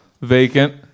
Vacant